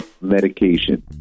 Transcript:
medication